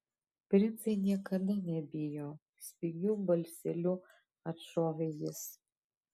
princai niekada nebijo spigiu balseliu atšovė jis